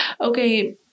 okay